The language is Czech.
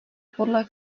podle